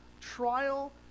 trial